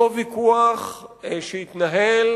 אותו ויכוח שהתנהל